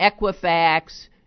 Equifax